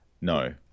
No